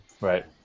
Right